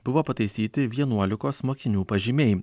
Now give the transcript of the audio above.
buvo pataisyti vienuolikos mokinių pažymiai